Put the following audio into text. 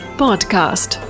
podcast